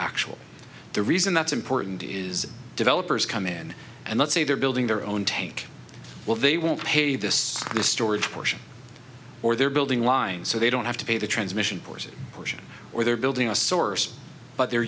actual the reason that's important is developers come in and let's say they're building their own tank well they won't pay this the storage portion or they're building lines so they don't have to pay the transmission forces pushing or they're building a source but they're